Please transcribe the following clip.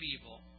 evil